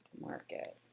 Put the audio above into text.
market.